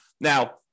Now